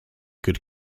could